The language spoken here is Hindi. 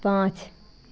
पाँच